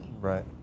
Right